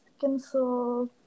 cancel